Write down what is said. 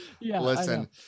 listen